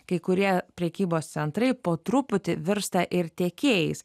kai kurie prekybos centrai po truputį virsta ir tiekėjais